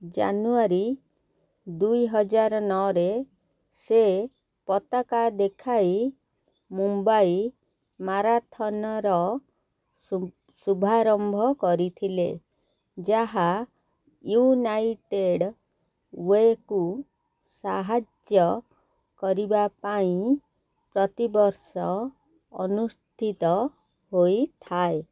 ଜାନୁଆରୀ ଦୁଇ ହଜାର ନଅରେ ସେ ପତାକା ଦେଖାଇ ମୁମ୍ବାଇ ମାରାଥନର ଶୁଭାରମ୍ଭ କରିଥିଲେ ଯାହା ୟୁନାଇଟେଡ୍ ୱେକୁ ସାହାଯ୍ୟ କରିବା ପାଇଁ ପ୍ରତିବର୍ଷ ଅନୁଷ୍ଠିତ ହୋଇଥାଏ